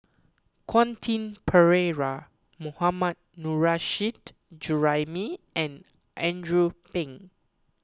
Quentin Pereira Mohammad Nurrasyid Juraimi and Andrew Phang